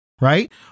right